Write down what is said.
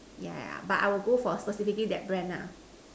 yeah yeah but I will go for specifically that brand nah